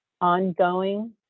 ongoing